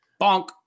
Bonk